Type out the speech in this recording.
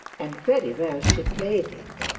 and very well she played it.